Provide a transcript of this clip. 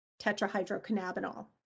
tetrahydrocannabinol